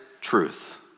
truth